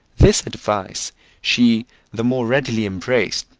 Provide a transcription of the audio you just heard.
this advice she the more readily embraced,